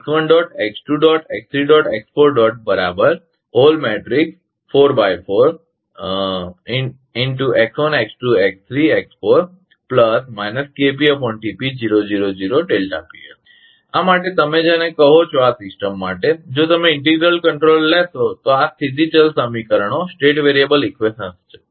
આ માટે તમે જેને કહો છો આ સિસ્ટમ માટે જો તમે ઇન્ટિગ્રલ કંટ્રોલર લેશો તો આ સ્થિતી ચલ સમીકરણો છે